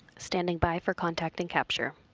standing by for contact and capture.